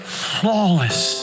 flawless